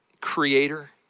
creator